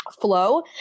Flow